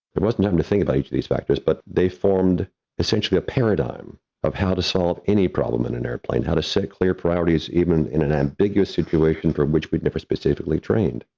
there wasn't time to think about each of these factors, but they formed essentially a paradigm of how to solve any problem in an and airplane, how to set clear priorities, even in an ambiguous situation for which we'd never specifically trained.